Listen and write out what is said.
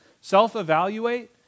Self-evaluate